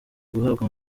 guhabwa